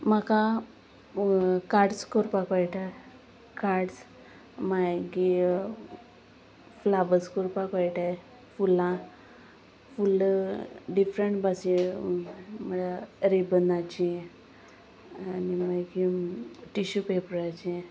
म्हाका कार्ड्स कोरपाक कळटाय कार्ड्स मागी फ्लावर्स कोरपाक कळटाय फुलां फुल्ल डिफरंट भाशे म्हळ्या रिबनाची आनी मागीर टिशू पेपराचें